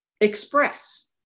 express